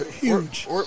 huge